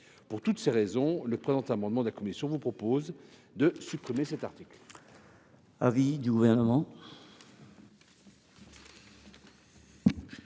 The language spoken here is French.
Pour toutes ces raisons, le présent amendement de la commission vise à supprimer cet article.